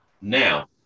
Now